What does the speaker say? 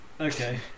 Okay